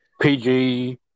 PG